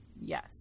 yes